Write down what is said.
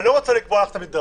אני לא רוצה לקבוע לך את המדרג,